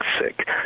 sick